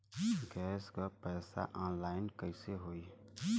Gas क पैसा online कइसे होई?